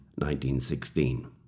1916